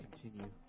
continue